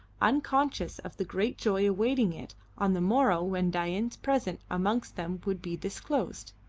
unconscious of the great joy awaiting it on the morrow when dain's presence amongst them would be disclosed.